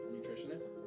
Nutritionist